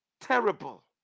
terrible